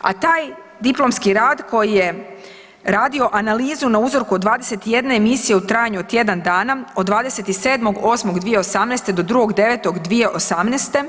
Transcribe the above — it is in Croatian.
a taj diplomski rad koji je radio analizu na uzorku od 21 emisije u trajanju od tjedan dana, od 27.8.2018. do 2.9.2018.